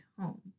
home